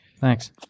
Thanks